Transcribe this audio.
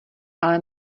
ale